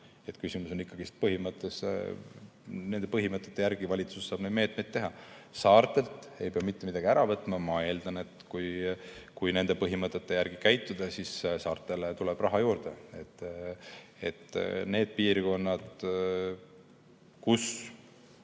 Küsimus on põhimõttes, nende põhimõtete järgi valitsus saab neid meetmeid teha. Saartelt ei pea mitte midagi ära võtma. Ma eeldan, et kui nende põhimõtete järgi käituda, siis saartele tuleb raha juurde. Need piirkonnad, kus